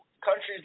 countries